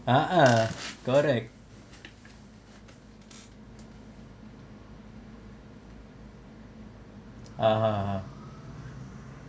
a'ah correct ah ah ah